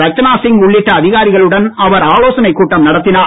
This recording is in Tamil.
ரச்சனா சிங் உள்ளிட்ட அதிகாரிகளுடன் அவர் ஆலோசனைக் கூட்டம் நடத்தினார்